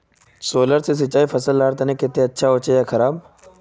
Solar से सिंचाई करना फसल लार केते अच्छा होचे या खराब?